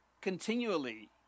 continually